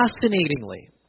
Fascinatingly